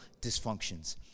dysfunctions